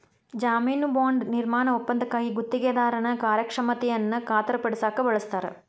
ಜಾಮೇನು ಬಾಂಡ್ ನಿರ್ಮಾಣ ಒಪ್ಪಂದಕ್ಕಾಗಿ ಗುತ್ತಿಗೆದಾರನ ಕಾರ್ಯಕ್ಷಮತೆಯನ್ನ ಖಾತರಿಪಡಸಕ ಬಳಸ್ತಾರ